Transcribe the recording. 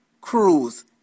Cruise